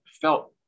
felt